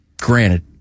granted